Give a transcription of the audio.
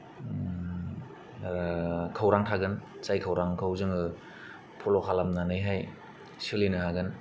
खौरां थागोन जाय खौरांखौ जोङो फल' खालामनानै हाय सोलिनो हागोन